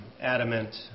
adamant